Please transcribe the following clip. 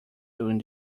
during